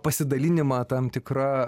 pasidalinimą tam tikra